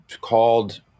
called